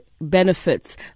benefits